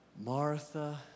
Martha